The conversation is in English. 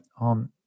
on